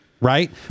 right